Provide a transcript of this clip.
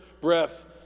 breath